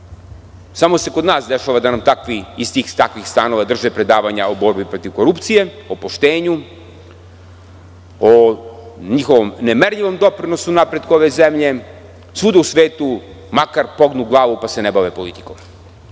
samo se kod nas dešava da nam takvi, iz tih takvih stanova drže predavanja o borbi protiv korupcije, o poštenju, o njihovom nemerljivom doprinosu napretku ove zemlje. Svuda u svetu, makar pognu glavu pa se ne bave politikom. Naravno,